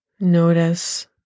Notice